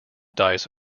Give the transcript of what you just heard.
died